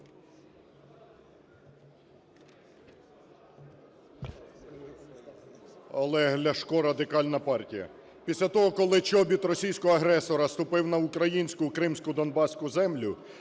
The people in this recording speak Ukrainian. Олег Ляшко, Радикальна партія. Після того, коли чобіт російського агресора ступив на українську кримську, донбаську землю,